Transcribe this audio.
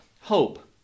hope